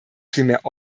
vielmehr